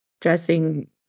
dressing